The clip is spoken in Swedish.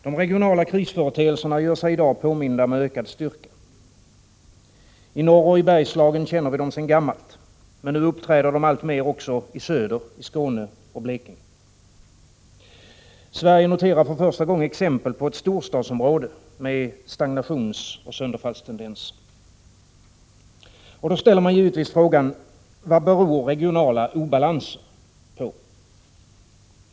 De regionala krisföreteelserna gör sig i dag påminda med ökad styrka. I norr och i Bergslagen känner vi dem sedan gammalt. Men nu uppträder de alltmer också i söder, i Skåne och Blekinge. Sverige noterar för första gången exempel på ett storstadsområde med stagnationsoch sönderfallstendenser. Då ställer man givetvis frågan: Vad beror regionala obalanser på?